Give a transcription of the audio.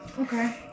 Okay